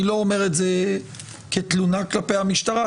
אני לא אומר את זה כתלונה כלפי המשטרה.